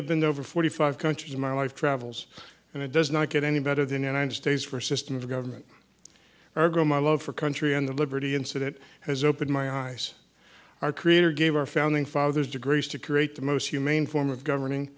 i've been over forty five countries in my life travels and it does not get any better than united states for system of government ergo my love for country and the liberty incident has opened my eyes our creator gave our founding fathers degrees to create the most humane form of governing